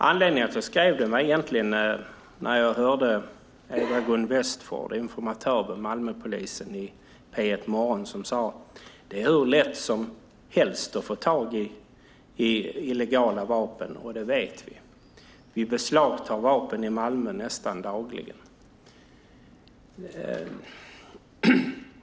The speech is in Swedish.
Anledningen till att jag skrev interpellationen uppstod när jag hörde Eva-Gun Westford, informatör vid Malmöpolisen, säga i P1-morgon att de vet att det är hur lätt som helst att få tag på illegala vapen. De beslagtar vapen i Malmö nästan dagligen.